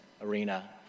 arena